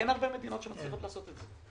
אין הרבה מדינות שמסוגלות לעשות את זה.